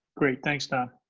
great, thanks tom.